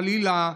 חלילה,